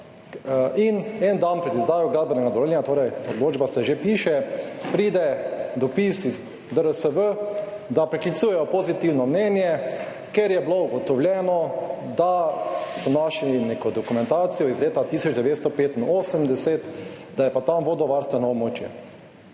In en dan pred izdajo gradbenega dovoljenja, torej odločba se že piše, pride dopis iz DRSV, da preklicujejo pozitivno mnenje, ker je bilo ugotovljeno, da so našli neko dokumentacijo iz leta tisoč 1985, da je pa tam vodovarstveno območje.